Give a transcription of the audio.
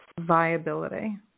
viability